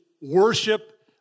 worship